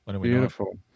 Beautiful